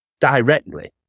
directly